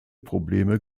probleme